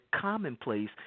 commonplace